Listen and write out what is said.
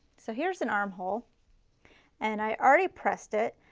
so here's an armhole and i already pressed it.